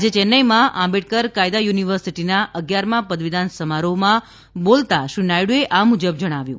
આજે ચેન્નાઇમાં આંબેડકર કાયદા યુનિવર્સિટીના અગિયારમા પદવીદાન સમારોહમાં બોલતા શ્રી નાયડુએ આ મુજબ જણાવ્યુ